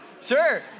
Sure